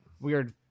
weird